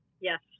yes